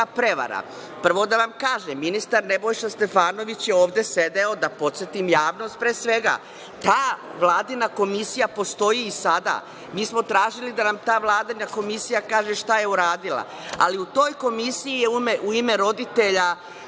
prevara. Prvo, da vam kažem, ministar Nebojša Stefanović je ovde sedeo, da podsetim javnost, pre svega. Ta Vladina komisija postoji i sada. Mi smo tražili da nam ta Vladina komisija kaže šta je uradila. Ali, u toj komisije je u ime roditelja